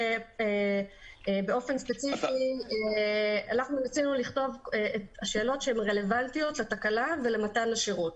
באופן ספציפי רצינו לכתוב שאלות שהן רלוונטיות לתקלה ולמתן השירות.